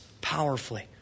powerfully